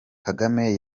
kagame